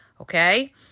Okay